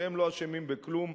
שהם לא אשמים בכלום,